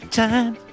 time